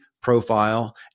profile